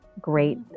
great